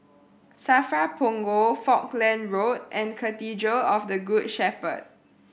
SAFRA Punggol Falkland Road and Cathedral of the Good Shepherd